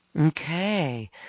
Okay